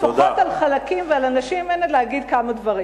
לפחות על חלקים ועל אנשים ממנה להגיד כמה דברים.